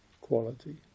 quality